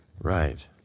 Right